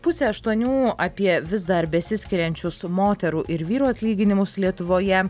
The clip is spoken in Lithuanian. pusę aštuonių apie vis dar besiskiriančius moterų ir vyrų atlyginimus lietuvoje